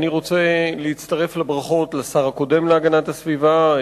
אני רוצה להצטרף לברכות לשר הקודם להגנת הסביבה,